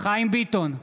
חיים ביטון,